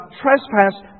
trespassed